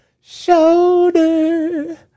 shoulder